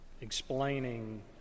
explaining